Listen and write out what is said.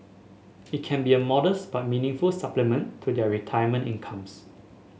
it can be a modest but meaningful supplement to their retirement incomes